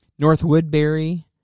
Northwoodbury